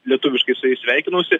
lietuviškai su jais sveikinausi